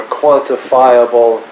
quantifiable